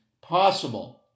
possible